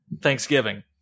Thanksgiving